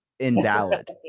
Invalid